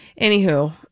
Anywho